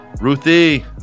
Ruthie